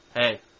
Hey